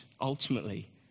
ultimately